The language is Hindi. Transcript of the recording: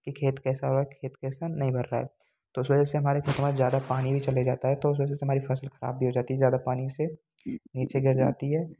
कि खेत कैसा हुआ खेत कैसा नहीं भर रहा है तो उस वजह से हमारे खेत में ज़्यादा पानी भी चले जाता है तो उस वजह से हमारी फसल खराब भी हो जाती है ज़्यादा पानी से नीचे गिर जाती है